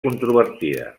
controvertida